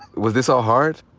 was this all hard?